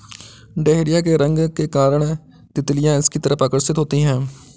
dahlia के रंग के कारण तितलियां इसकी तरफ आकर्षित होती हैं